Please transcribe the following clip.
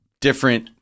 different